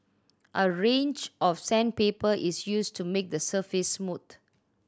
a range of sandpaper is used to make the surface smooth